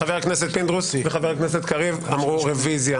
חבר הכנסת פינדרוס וחבר הכנסת קריב אמרו רוויזיה.